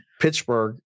Pittsburgh